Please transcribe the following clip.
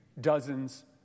dozens